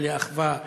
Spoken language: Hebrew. לא לאחווה,